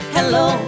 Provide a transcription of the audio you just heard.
Hello